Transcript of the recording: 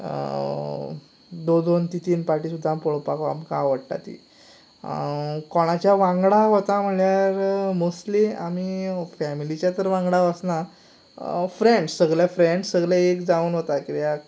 दोन दोन तीन तीन फावटी सुद्दां पळोवपाक आमकां आवडटा ती कोणाच्या वांगडा वता म्हणल्यार मोस्ट्ली आमीं फॅमिलीच्या तर वांगडा वचनात फ्रेंड्स सगले एक जावन वता कित्याक